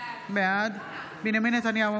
בעד בנימין נתניהו,